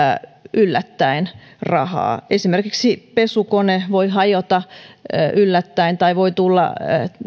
yllättäen rahaa kun esimerkiksi pesukone voi hajota yllättäen tai voi tulla